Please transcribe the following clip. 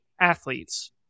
athletes